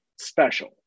special